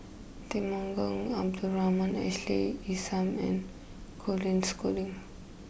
Temenggong Abdul Rahman Ashley Isham and Colin Schooling